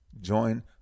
Join